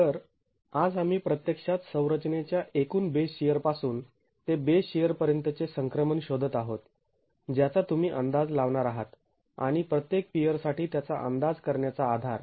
तर आज आम्ही प्रत्यक्षात संरचनेच्या एकूण बेस शिअर पासून ते बेस शिअर पर्यंतचे संक्रमण शोधत आहोत ज्याचा तुम्ही अंदाज लावणार आहात आणि प्रत्येक पियर साठी त्याचा अंदाज करण्याचा आधार